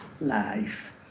life